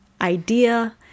idea